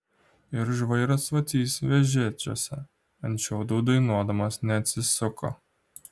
ir žvairas vacys vežėčiose ant šiaudų dainuodamas neatsisuko